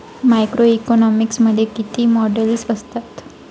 Macroeconomics मध्ये किती models असतात?